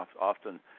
often